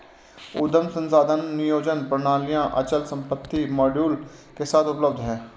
उद्यम संसाधन नियोजन प्रणालियाँ अचल संपत्ति मॉड्यूल के साथ उपलब्ध हैं